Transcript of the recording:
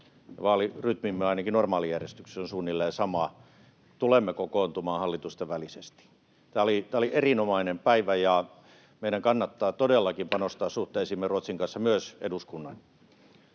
vaalirytmimme ainakin normaalijärjestyksessä on suunnilleen sama — tulemme kokoontumaan hallitustenvälisesti. Tämä oli erinomainen päivä, ja meidän kannattaa todellakin panostaa suhteisiimme Ruotsin kanssa, myös eduskunnan.